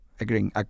Agreeing